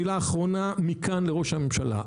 מילה אחרונה מכאן לראש הממשלה,